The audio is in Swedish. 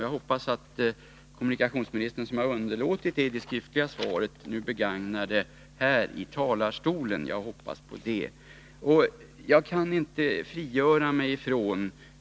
Jag hoppas att kommunikationsministern, som i det skriftliga svaret underlåtit att svara på den, nu kommer att göra det här i talarstolen.